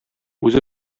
үзе